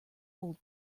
old